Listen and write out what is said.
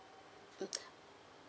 mm